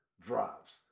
Drops